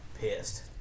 pissed